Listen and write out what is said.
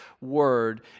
word